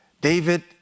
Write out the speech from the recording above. David